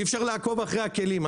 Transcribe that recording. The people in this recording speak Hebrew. אי אפשר לעקוב אחרי הכלים,